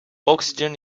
oxygen